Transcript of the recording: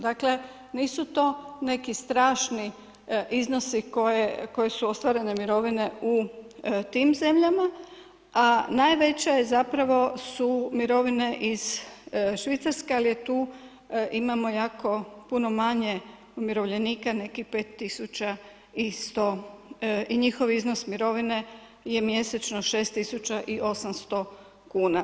Dakle nisu to neki strašni iznosi koje su ostvarene mirovine u tim zemljama, a najveća je zapravo su mirovine iz Švicarske, ali tu imamo jako puno manje umirovljenika, nekih 5100 i njihov iznos mirovine je mjesečno 6800 kuna.